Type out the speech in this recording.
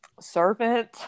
servant